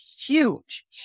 huge